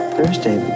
Thursday